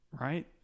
right